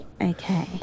Okay